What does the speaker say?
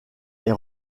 est